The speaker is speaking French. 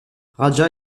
raja